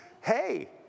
Hey